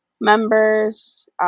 members